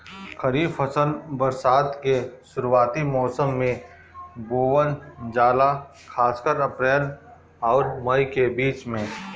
खरीफ फसल बरसात के शुरूआती मौसम में बोवल जाला खासकर अप्रैल आउर मई के बीच में